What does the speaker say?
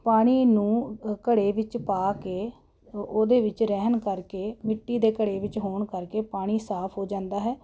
ਪਾਣੀ ਨੂੰ ਘੜੇ ਵਿੱਚ ਪਾ ਕੇ ਉਹਦੇ ਵਿੱਚ ਰਹਿਣ ਕਰਕੇ ਮਿੱਟੀ ਦੇ ਘੜੇ ਵਿੱਚ ਹੋਣ ਕਰਕੇ ਪਾਣੀ ਸਾਫ ਹੋ ਜਾਂਦਾ ਹੈ